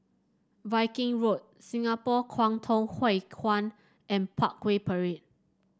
Viking Road Singapore Kwangtung Hui Kuan and Parkway Parade